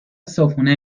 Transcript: صبحونه